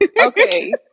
okay